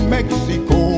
Mexico